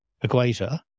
equator